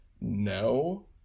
no